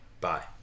Bye